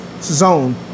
zone